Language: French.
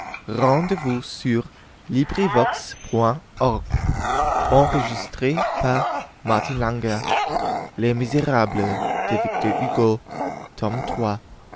appuyant sur les